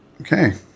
Okay